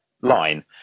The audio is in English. line